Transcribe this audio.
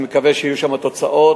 אני מקווה שיהיו שם תוצאות.